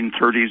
1930s